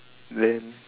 then